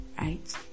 right